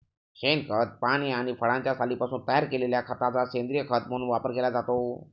शेणखत, पाने आणि फळांच्या सालींपासून तयार केलेल्या खताचा सेंद्रीय खत म्हणून वापर केला जातो